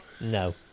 No